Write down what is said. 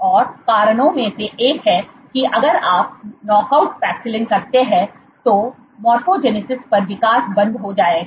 और कारणों में से एक यह है कि अगर आप नॉकआउट पैक्सिलिन करते हैं तो मॉर्फोजेनेसिस पर विकास बंद हो जाएगा